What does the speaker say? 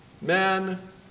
men